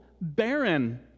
barren